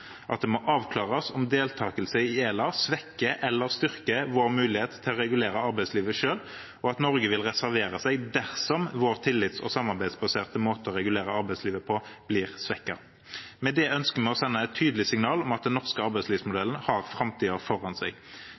deltakelse i ELA svekker eller styrker vår mulighet til å regulere arbeidslivet selv, og at Norge vil reservere seg dersom vår tillits- og samarbeidsbaserte måte å regulere arbeidslivet på, blir svekket. Med det ønsker vi å sende et tydelig signal om at den norske arbeidslivsmodellen har framtiden foran seg.